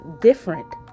different